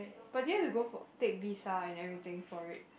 but do you to go for take visa and everything for it